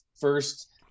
first